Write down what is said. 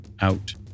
out